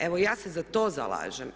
Evo ja se za to zalažem.